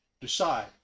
decide